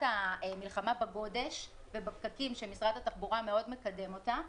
המלחמה בגודש ובפקקים שמשרד התחבורה מאוד מקדם אותה,